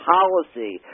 policy